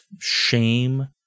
shame